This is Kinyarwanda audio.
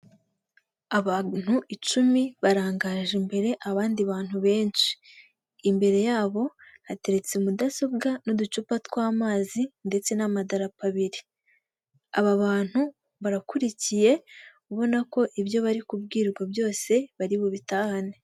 Abantu icumi barangaje imbere abandi bantu benshi, imbere yabo hateretse mudasobwa n'uducupa tw'amazi ndetse n'amadarapa abiri aba bantu barakurikiye ubona ko ibyo bari kubwirwa byose bari bubitahane.